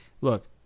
Look